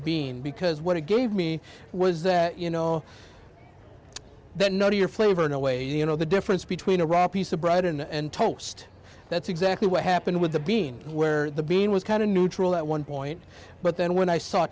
bean because what it gave me was that you know that know to your flavor in a way you know the difference between a rock piece of bread and toast that's exactly what happened with the bean where the bean was kind of neutral at one point but then when i saw